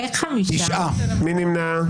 מי נמנע?